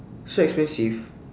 so expensive